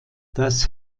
das